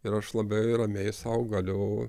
ir aš labai ramiai sau galiu